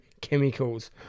chemicals